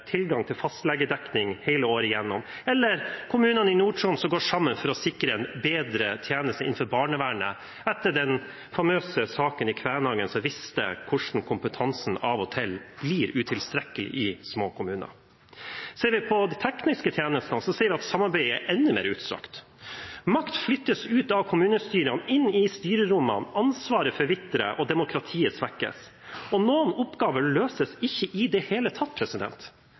tilgang til fastlegedekning hele året igjennom, og kommunene i Nord-Troms som går sammen for å sikre en bedre tjeneste innenfor barnevernet, etter den famøse saken i Kvænangen, som viste hvordan kompetansen av og til blir utilstrekkelig i små kommuner. Ser vi på de tekniske tjenestene, ser vi at samarbeidet er enda mer utstrakt. Makt flyttes ut av kommunestyrene og inn i styrerommene, ansvaret forvitrer og demokratiet svekkes, og noen oppgaver løses ikke i det hele tatt.